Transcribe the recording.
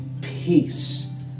peace